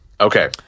Okay